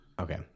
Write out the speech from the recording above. Okay